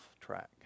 track